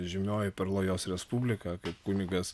žymioji perlojos respublika kaip kunigas